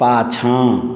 पाछाँ